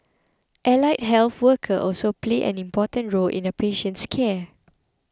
allied health workers also play an important role in a patient's care